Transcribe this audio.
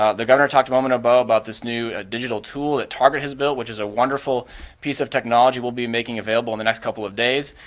ah the governor talked um and but about this new digital tool target has built which is a wonderful piece of technology we'll be making available in the next couple of days.